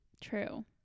True